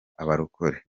abarokore